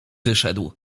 wyszedł